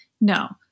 no